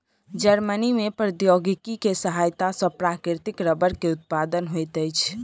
Germany में प्रौद्योगिकी के सहायता सॅ प्राकृतिक रबड़ के उत्पादन होइत अछि